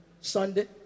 Sunday